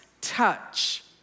touch